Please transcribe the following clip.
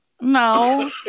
No